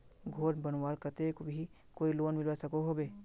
घोर बनवार केते भी कोई लोन मिलवा सकोहो होबे?